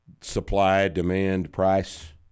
supply-demand-price